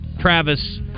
Travis